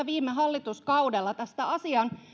viime hallituskaudellahan tästä asian